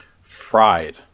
Fried